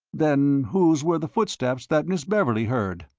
then whose were the footsteps that miss beverley heard?